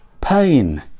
pain